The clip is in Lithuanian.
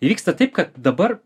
įvyksta taip kad dabar